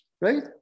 right